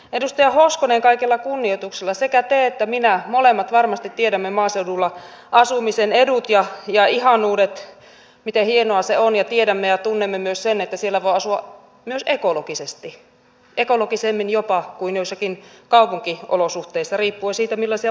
edustaja hoskonen kaikella kunnioituksella sekä te että minä me molemmat varmasti tiedämme maaseudulla asumisen edut ja ihanuudet miten hienoa se on ja tiedämme ja tunnemme myös sen että siellä voi asua myös ekologisesti ekologisemmin jopa kuin joissakin kaupunkiolosuhteissa riippuen siitä millaisia valintoja ihminen tekee